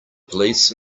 police